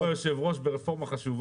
אני רק באתי לתמוך ביושב ראש ברפורמה חשובה.